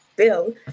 bill